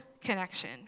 connection